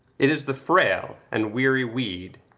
it is the frail and weary weed,